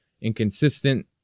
inconsistent